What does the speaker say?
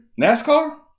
NASCAR